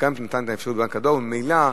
מבקשים עמלה,